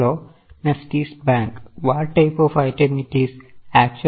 Next is bank what type of item it is